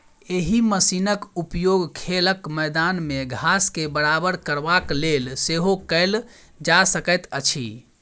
एहि मशीनक उपयोग खेलक मैदान मे घास के बराबर करबाक लेल सेहो कयल जा सकैत अछि